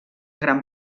gran